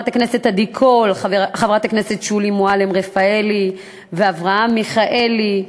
עדי קול, שולי מועלם-רפאלי ואברהם מיכאלי.